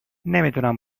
نمیدونم